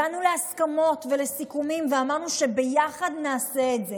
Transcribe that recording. הגענו להסכמות ולסיכומים ואמרנו שביחד נעשה את זה.